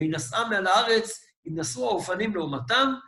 היא נסעה מארץ, נסעו האופנים לעומתם.